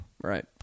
Right